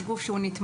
היא גוף נתמך.